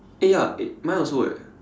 eh ya mine also eh